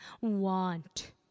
want